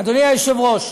אדוני היושב-ראש,